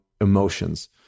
emotions